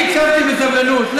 אני הקשבתי בסבלנות.